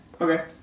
okay